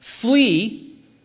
Flee